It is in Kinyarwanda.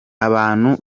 abantu